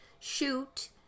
shoot